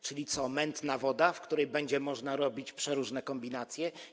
Czyli co - mętna woda, w której będzie można robić przeróżne kombinacje?